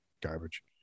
garbage